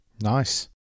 Nice